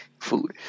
food